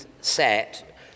set